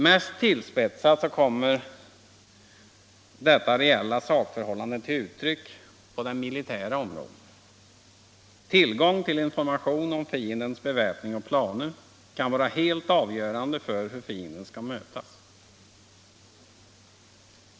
Mest tillspetsat kom mer detta reella sakförhållande till uttryck på det militära området. Tillgång till information om fiendens beväpning och planer kan vara helt avgörande för hur fienden skall mötas.